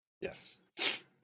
Yes